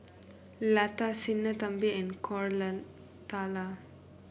Lata Sinnathamby and Koratala